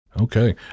Okay